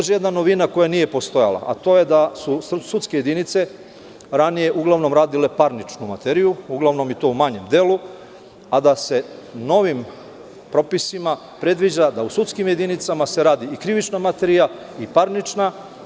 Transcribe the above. Jedan novina koja nije postojala, a to je da su sudske jedinice ranije uglavnom radile parničnu materiju, uglavnom i to u manjem delu, a da se novim propisima predviđa da u sudskim jedinicama se radi i krivična materija i parnična.